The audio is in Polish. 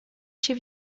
się